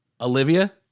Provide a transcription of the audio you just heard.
Olivia